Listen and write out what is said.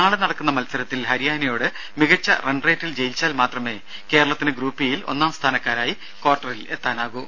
നാളെ നടക്കുന്ന മത്സരത്തിൽ ഹരിയാനയോട് മികച്ച റൺറേറ്റിൽ ജയിച്ചാൽ മാത്രമേ കേരളത്തിന് ഗ്രൂപ്പ് ഇ യിൽ ഒന്നാംസ്ഥാനക്കാരായി ക്വാർട്ടറിൽ എത്താനാകു